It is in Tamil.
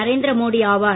நரேந்திர மோடி ஆவார்